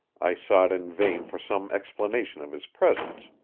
i sought in vain for some explanation of his presence.